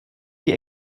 die